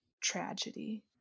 tragedy